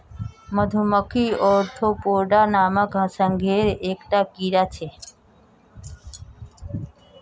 मधुमक्खी ओर्थोपोडा नामक संघेर एक टा कीड़ा छे